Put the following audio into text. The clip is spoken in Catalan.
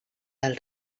del